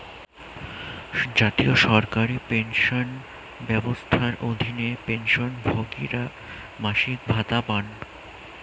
জাতীয় সরকারি পেনশন ব্যবস্থার অধীনে, পেনশনভোগীরা মাসিক ভাতা পান